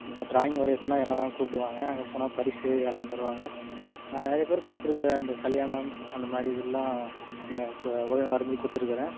இந்த டிராயிங் வரையிறதுன்னா என்னதான் கூப்பிடுவாங்க அங்கே போனா பரிசு இதெல்லான் தருவாங்க நான் நிறையா பேருக்கு கொடுத்துருக்குற இந்த கல்யாணம் அந்தமாதிரி இதுல்லான் ஓவியம் வரஞ்சு கொடுத்துருக்குறன்